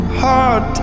hard